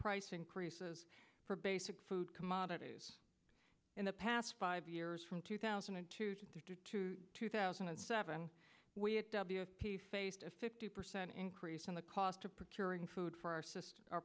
price increases for basic food commodities in the past five years from two thousand and two to two thousand and seven we faced a fifty percent increase in the cost of caring food for our system o